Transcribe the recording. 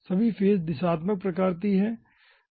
सभी फेस पर दिशात्मक प्रकृति है